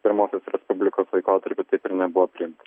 pirmosios respublikos laikotarpį taip ir nebuvo priimta